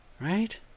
Right